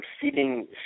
feeding